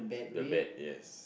the bad yes